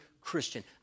Christian